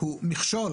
הוא מכשול